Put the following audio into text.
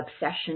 obsession